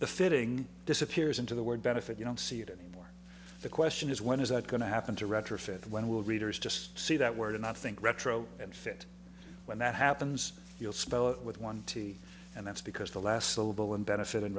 the fitting disappears into the word benefit you don't see it anymore the question is when is that going to happen to retrofit when will readers just see that word and i think retro and the when that happens you'll spell it with one t and that's because the last syllable and